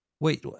Wait